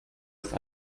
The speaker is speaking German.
auf